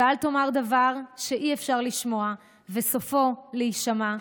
ואל תאמר דבר שאי-אפשר לשמוע וסופו להישמע,